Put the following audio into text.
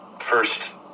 first